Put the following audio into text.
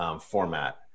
format